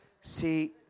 See